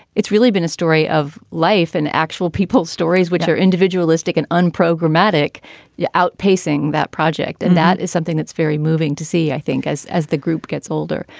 it's really been a story of life and actual people's stories which are individualistic and unproblematic yeah outpacing that project. and that is something that's very moving to see, i think, as as the group gets older.